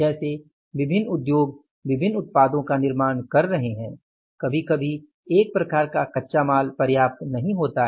जैसे विभिन्न उद्योग विभिन्न उत्पादों का निर्माण कर रहे हैं कभी कभी एक प्रकार का कच्चा माल पर्याप्त नहीं होता है